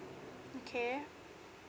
okay